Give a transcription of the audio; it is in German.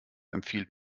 empfiehlt